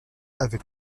avec